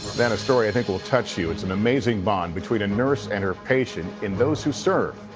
then a story i think will touch you. it's an amazing bond between a nurse and her patient and those who serve.